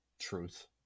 truth